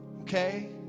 Okay